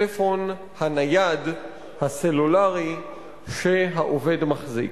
הטלפון הנייד הסלולרי שהעובד מחזיק.